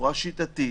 בצורה שיטתית,